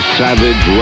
savage